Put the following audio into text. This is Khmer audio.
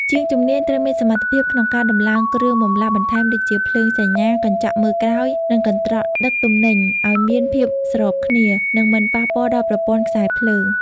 ជាងជំនាញត្រូវមានសមត្ថភាពក្នុងការដំឡើងគ្រឿងបន្លាស់បន្ថែមដូចជា ភ្លើងសញ្ញា កញ្ចក់មើលក្រោយ និងកន្ត្រកដឹកទំនិញ ឱ្យមានភាពស្របគ្នា និងមិនប៉ះពាល់ដល់ប្រព័ន្ធខ្សែភ្លើង។